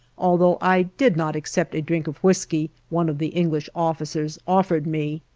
although i did not accept a drink of whisky one of the english officers offered me.